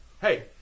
Hey